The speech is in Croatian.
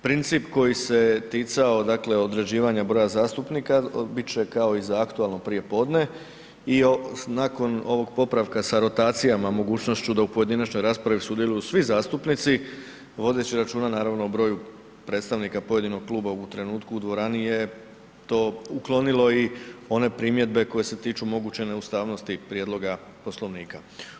Princip koji se ticao dakle određivanja broja zastupnika bit će kao i za aktualno prijepodne i nakon ovog popravka sa rotacijama, mogućnošću da u pojedinačnoj raspravi sudjeluju svi zastupnici, vodeći računa, naravno o broju predstavnika pojedinog kluba u trenutku u dvorani je to uklonilo i one primjedbe koje se tiču moguće neustavnosti prijedloga Poslovnika.